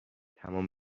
تمام